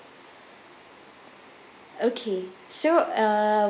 okay so uh